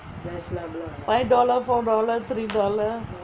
five dollar four dollar three dollar